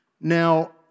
Now